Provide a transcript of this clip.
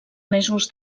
mesos